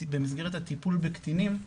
במסגרת הטיפול בקטינים,